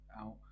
out